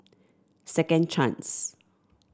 Second Chance